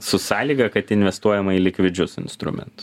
su sąlyga kad investuojama į likvidžius instrumentus